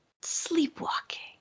sleepwalking